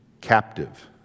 Captive